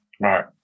Right